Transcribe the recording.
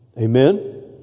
Amen